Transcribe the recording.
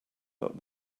but